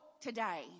today